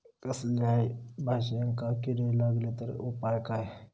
कसल्याय भाजायेंका किडे लागले तर उपाय काय?